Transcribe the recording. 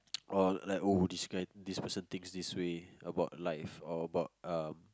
or like oh this guy this person think this way about life or about um